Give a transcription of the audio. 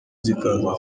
zikaza